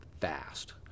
fast